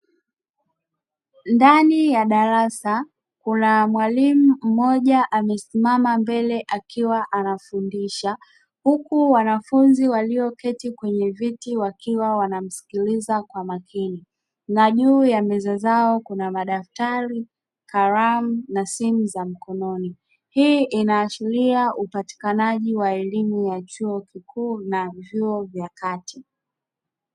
Ndani ya darasa, kuna mwalimu mmoja amesimama mbele akiwa anafundisha, huku wanafunzi walioketi kwenye viti wakiwa wanamsikiliza kwa makini, na juu ya meza zao kuna madaftari, kalamu, na simu za mkononi. Hii inaashiria upatikanaji wa elimu ya chuo kikuu na vyuo vya kati.